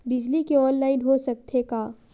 बिजली के ऑनलाइन हो सकथे का?